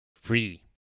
free